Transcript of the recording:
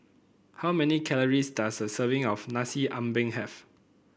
how many calories does a serving of Nasi Ambeng have